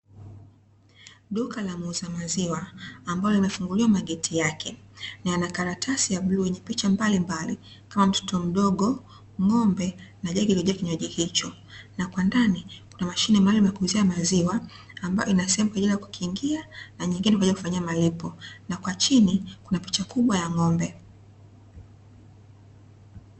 Duka la muuza maziwa ambalo limefunguliwa mageti yake, na yana karatasi ya bluu yenye picha mbalimbali kama mtoto mdogo, ng'ombe, na jagi lililojaa kinywaji hicho. Na kwa ndani kuna mashine maalumu ya kuuzia maziwa, ambayo ina sehemu kwa ajili ya kukingia, na nyingine kwa ajili ya kufanyia malipo, na kwa chini kuna picha kubwa ya ng'ombe.